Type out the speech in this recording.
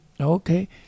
Okay